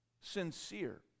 sincere